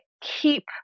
keep